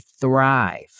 thrive